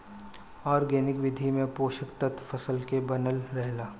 organic विधि में पोषक तत्व फसल के बनल रहेला